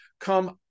come